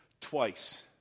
twice